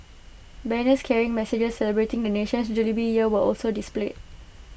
banners carrying messages celebrating the nation's jubilee year were also displayed